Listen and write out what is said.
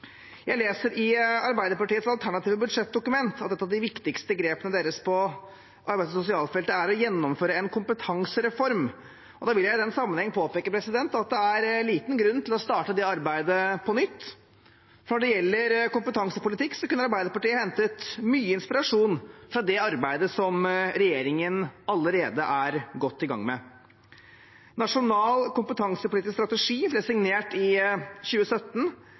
Jeg leser i Arbeiderpartiets alternative budsjettdokument at et av de viktigste grepene deres på arbeids- og sosialfeltet er å gjennomføre en kompetansereform. Da vil jeg i den sammenheng påpeke at det er liten grunn til å starte det arbeidet på nytt. Når det gjelder kompetansepolitikk, kunne Arbeiderpartiet hentet mye inspirasjon fra det arbeidet som regjeringen allerede er godt i gang med. Nasjonal kompetansepolitisk strategi ble signert i 2017